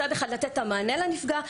מצד אחד לתת את המענה לנפגע,